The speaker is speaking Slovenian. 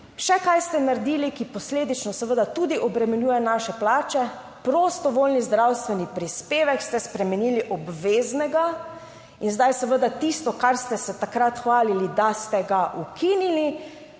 Še kaj ste naredili, ki posledično seveda tudi obremenjuje naše plače? Prostovoljni zdravstveni prispevek ste spremenili v obveznega in zdaj seveda tisto, kar ste se takrat hvalili, da ste ga ukinili,